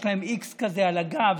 יש להם x כזה על הגב,